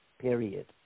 period